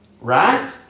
right